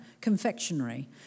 confectionery